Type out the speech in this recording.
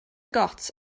got